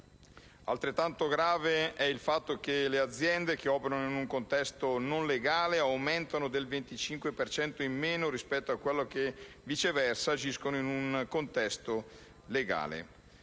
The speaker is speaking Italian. Altrettanto grave è il fatto che le aziende che operano in un contesto non legale aumentano del 25 per cento in meno rispetto a quelle che viceversa agiscono in un contesto legale.